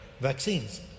vaccines